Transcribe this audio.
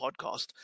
podcast